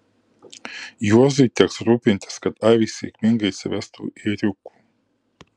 juozui teks rūpintis kad avys sėkmingai atsivestų ėriukų